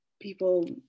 people